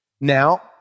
Now